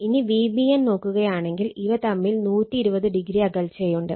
ഇനി Vbn നോക്കുകയാണെങ്കിൽ ഇവ തമ്മിൽ 120o അകൽച്ചയുണ്ട്